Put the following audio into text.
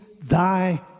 thy